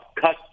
cut